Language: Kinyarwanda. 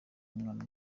umwana